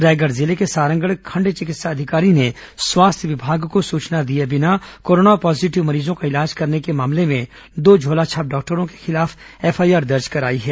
रायगढ़ जिले के सारंगढ़ खंड चिकित्सा अधिकारी ने स्वास्थ्य विभाग को सुचना दिए बिना कोरोना पॉजीटिव मरीजों का इलाज करने के मामले में दो झोलाछाप डॉक्टरों के खिलाफ एफआईआर दर्ज करायी है